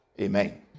Amen